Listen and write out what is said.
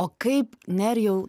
o kaip nerijau